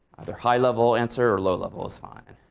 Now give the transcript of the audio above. either high-level answer or low level is fine.